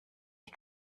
die